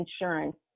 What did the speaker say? insurance